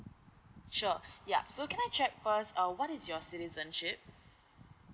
sure yup so can I check first uh what is your citizenship